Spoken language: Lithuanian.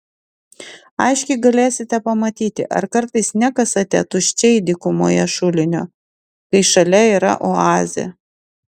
aiškiai galėsite pamatyti ar kartais nekasate tuščiai dykumoje šulinio kai šalia yra oazė